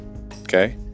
okay